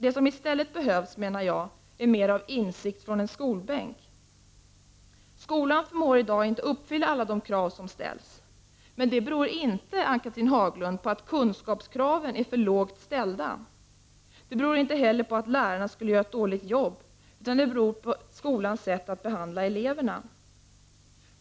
Det som i stället behövs, menar jag, är mer av ”insikt från en skolbänk”. Skolan förmår i dag inte uppfylla alla de krav som ställs. Det beror inte, Ann-Cathrine Haglund, på att kunskapskraven är för lågt ställda eller på att lärarna skulle göra ett dåligt jobb, utan på skolans sätt att behandla eleverna.